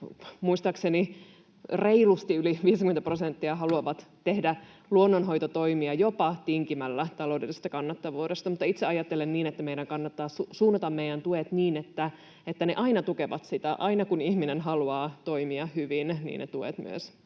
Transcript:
Muistaakseni reilusti yli 50 prosenttia heistä haluaa tehdä luonnonhoitotoimia jopa tinkimällä taloudellisesta kannattavuudesta. Mutta itse ajattelen niin, että meidän kannattaa suunnata tuet niin, että ne aina tukevat sitä: aina kun ihminen haluaa toimia hyvin, niin ne tuet myös